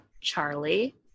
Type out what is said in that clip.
Charlie